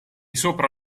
sopra